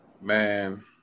man